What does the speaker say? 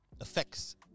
effects